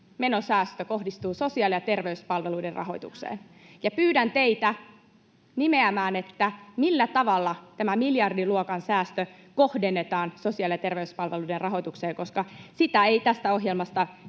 menosäästö kohdistuu sosiaali- ja terveyspalveluiden rahoitukseen. [Krista Kiuru: Näin on!] Ja pyydän teitä nimeämään, millä tavalla tämä miljardiluokan säästö kohdennetaan sosiaali- ja terveyspalveluiden rahoitukseen, koska sitä ei tästä ohjelmasta